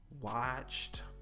watched